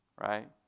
right